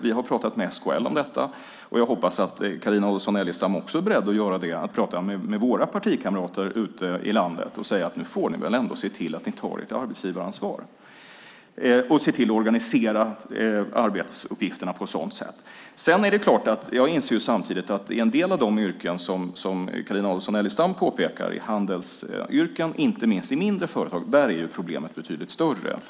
Vi har pratat med SKL om detta. Jag hoppas att Carina Adolfsson Elgestam också är beredd att göra det, att prata med partikamraterna ute i landet och säga: Nu får ni väl ändå se till att ta ert arbetsgivaransvar och organisera arbetsuppgifterna! Jag inser samtidigt att en del av dessa yrken är handelsyrken, som Carina Adolfsson Elgestam påpekar, inte minst i mindre företag. Där är problemet betydligt större.